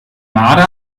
marder